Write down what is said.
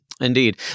indeed